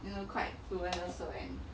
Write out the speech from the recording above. you know quite fluently so and